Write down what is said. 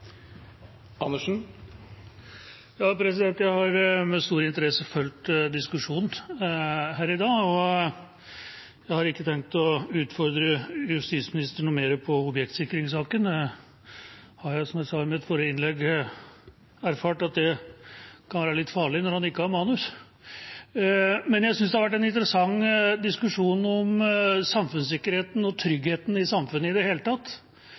og jeg har ikke tenkt å utfordre justisministeren noe mer på objektsikringssaken. Jeg har, som jeg sa i mitt forrige innlegg, erfart at det kan være litt farlig når man ikke har manus. Men jeg synes det har vært en interessant diskusjon om samfunnssikkerhet og trygghet i samfunnet i det hele tatt.